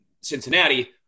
Cincinnati